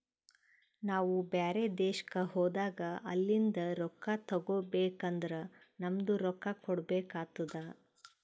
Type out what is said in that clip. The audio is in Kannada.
ನಾವು ಬ್ಯಾರೆ ದೇಶ್ಕ ಹೋದಾಗ ಅಲಿಂದ್ ರೊಕ್ಕಾ ತಗೋಬೇಕ್ ಅಂದುರ್ ನಮ್ದು ರೊಕ್ಕಾ ಕೊಡ್ಬೇಕು ಆತ್ತುದ್